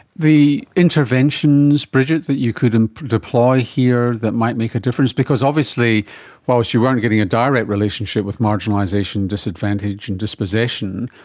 the interventions, bridgette, that you could deploy here that might make a difference? because obviously whilst you weren't getting a direct relationship with marginalisation, disadvantage and dispossession,